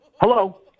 Hello